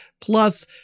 Plus